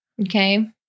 Okay